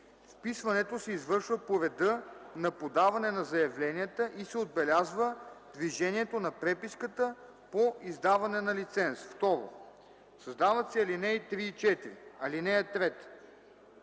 Вписването се извършва по реда на подаване на заявленията и се отбелязва движението на преписката по издаване на лиценз.” 2. Създават се ал. 3 и 4: „(3)